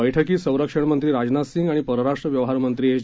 बैठकीत संरक्षणमंत्री राजनाथ सिंह आणि परराष्ट्र व्यवहारमंत्री एस